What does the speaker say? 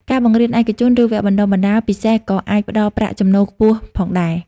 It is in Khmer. ការបង្រៀនឯកជន ឬវគ្គបណ្តុះបណ្តាលពិសេសក៏អាចផ្តល់ប្រាក់ចំណូលខ្ពស់ផងដែរ។